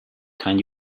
can